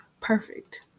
perfect